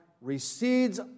recedes